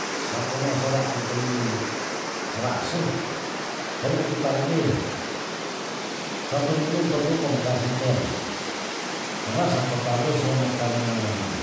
Sako ma sera keng kei sera asu kori metu talebe satu minggu perlu ko mekase teila karna sako talus so mekange